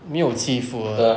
没有欺负 ah